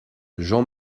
jean